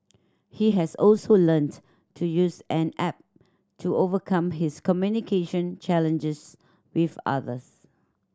he has also learnt to use an app to overcome his communication challenges with others